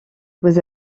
vous